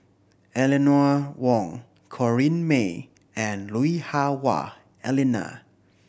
Eleanor Wong Corrinne May and Lui Hah Wah Elena